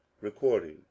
Recording